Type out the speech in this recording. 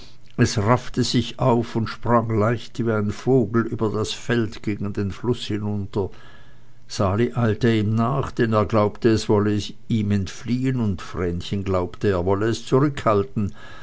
es raffte sich auf und sprang leicht wie ein vogel über das feld gegen den fluß hinunter sali eilte ihm nach denn er glaubte es wolle ihm entfliehen und vrenchen glaubte er wolle es zurückhalten